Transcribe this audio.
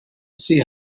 see